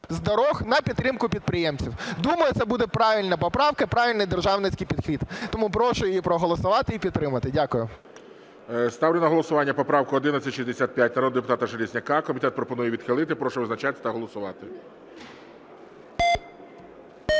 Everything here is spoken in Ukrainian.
доріг на підтримку підприємців, думаю, це буде правильна поправка і правильний державницький підхід. Тому прошу її проголосувати і підтримати. Дякую. ГОЛОВУЮЧИЙ. Ставлю на голосування поправку 1165 народного депутата Железняка. Комітет пропонує відхилити. Прошу визначатися та голосувати.